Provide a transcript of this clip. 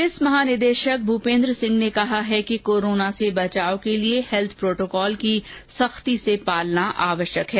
police महानिदेशक भूपेन्द्र सिंह ने कहा है कि कोरोना से बचने के लिए हैल्थ प्रोटोकॉल की सख्ती से पालना आवश्यक है